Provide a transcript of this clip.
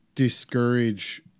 discourage